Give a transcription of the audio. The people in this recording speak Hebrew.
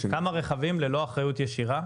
ללא אחריות ישירה,